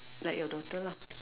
like your daughter lah